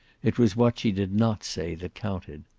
it was what she did not say that counted.